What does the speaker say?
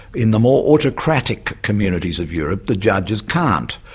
in the more autocratic communities of europe, the judges can't.